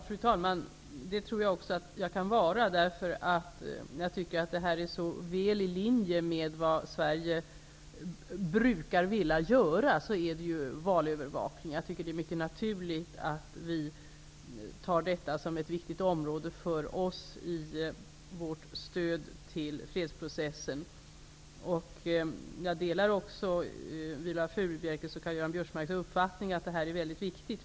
Fru talman! Det tror jag också att jag kan vara. Jag tycker att detta med valövervakning ligger väl i linje med vad Sverige brukar vilja göra. Det är mycket naturligt att vi ser detta som ett viktigt område för oss i vårt stöd till fredsprocessen. Jag delar också Viola Furubjelkes och Karl-Göran Biörsmarks uppfattning att detta är mycket viktigt.